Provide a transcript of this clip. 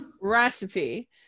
recipe